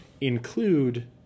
include